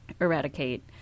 eradicate